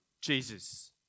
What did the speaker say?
Jesus